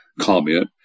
comment